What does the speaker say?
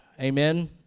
amen